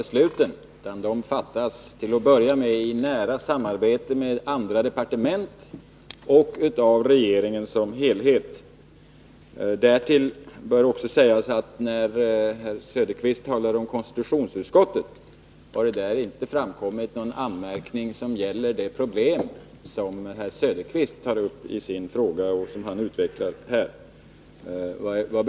Besluten fattas i nära samarbete med andra departement och av regeringen som helhet. Eftersom herr Söderqvist talade om konstitutionsutskottet vill jag säga att det där inte har framkommit någon anmärkning som gäller det problem som herr Söderqvist tog upp i sin fråga och som han har berört här i kammaren.